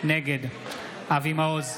נגד אבי מעוז,